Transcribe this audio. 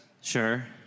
Sure